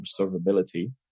observability